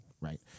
Right